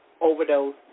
Overdose